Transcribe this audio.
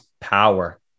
power